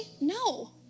No